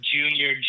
junior